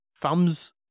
thumbs